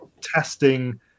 testing